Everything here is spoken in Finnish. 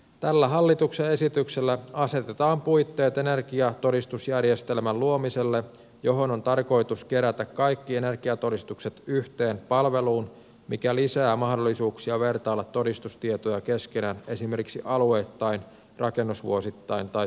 tällä hallituksen esityksellä asetetaan puitteet energiatodistusjärjestelmän luomiselle mihin on tarkoitus kerätä kaikki energiatodistukset yhteen palveluun mikä lisää mahdollisuuksia vertailla todistustietoja keskenään esimerkiksi alueittain rakennusvuosittain tai talotyypeittäin